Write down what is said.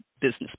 business